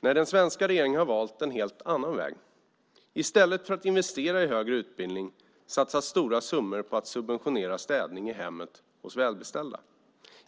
Den svenska regeringen har valt en helt annan väg. I stället för att investera i högre utbildning satsar man stora summor på att subventionera städning i hemmet hos välbeställda.